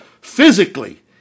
physically